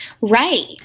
Right